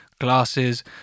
glasses